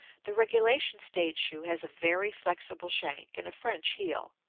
the regulation stage shoe has a very flexible shank and a french heel.